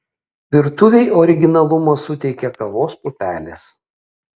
virtuvei originalumo suteikia kavos pupelės